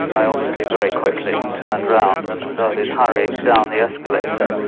i obviously very quickly turned around and and started hurrying down the escalator.